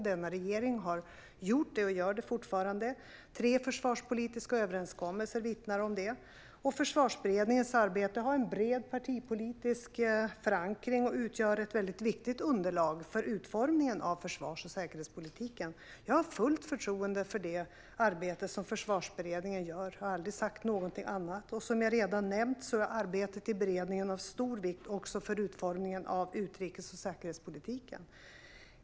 Denna regering har gjort det och gör det fortfarande. Tre försvarspolitiska överenskommelser vittnar om det. Försvarsberedningens arbete har en bred partipolitisk förankring och utgör ett väldigt viktigt underlag för utformningen av försvars och säkerhetspolitiken. Jag har fullt förtroende för det arbete som Försvarsberedningen gör, och jag har aldrig sagt någonting annat. Som jag redan nämnt är arbetet i beredningen av stor vikt också för utformningen av utrikes och säkerhetspolitiken.